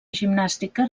gimnàstica